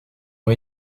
ont